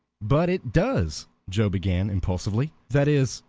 but it does joe began, impulsively. that is,